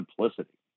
simplicity